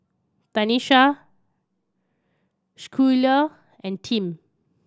Tanisha Schuyler and Tim